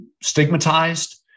stigmatized